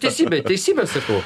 teisybę teisybę sakau